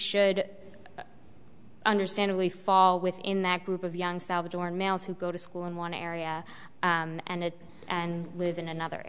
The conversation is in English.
should understandably fall within that group of young salvadoran males who go to school in one area and live in another